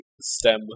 stem